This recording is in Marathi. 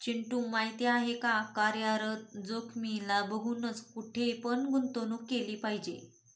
चिंटू माहिती आहे का? कार्यरत जोखीमीला बघूनच, कुठे पण गुंतवणूक केली पाहिजे